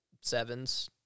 sevens